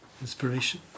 inspiration